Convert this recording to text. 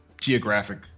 geographic